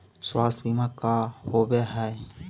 स्वास्थ्य बीमा का होव हइ?